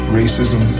racism